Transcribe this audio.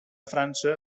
frança